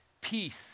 Peace